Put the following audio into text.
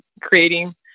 creating